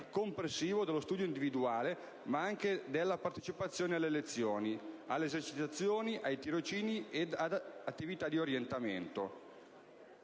comprensivo dello studio individuale, ma anche della partecipazione alle lezioni, alle esercitazioni, a tirocini e ad attività di orientamento.